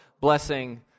blessing